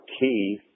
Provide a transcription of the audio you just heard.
key